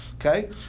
Okay